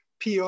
PR